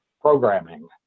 programming